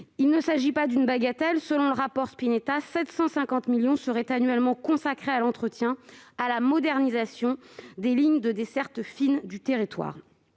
Il ne s'agit pas d'une bagatelle : selon le rapport Spinetta, quelque 750 millions d'euros seraient annuellement consacrés à l'entretien et à la modernisation des lignes de desserte fine du territoire.